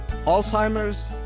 Alzheimer's